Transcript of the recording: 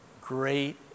Great